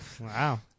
Wow